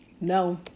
no